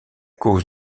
cause